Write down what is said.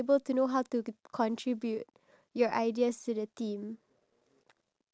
which I don't like then I will show you or give you